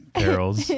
carols